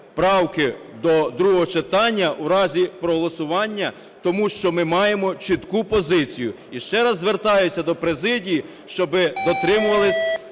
правки до другого читання у разі проголосування, тому що ми маємо чітку позицію. І ще раз звертаюся до президії, щоб дотримувались